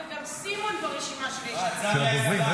וגם סימון ברשימה של הדוברים.